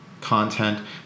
content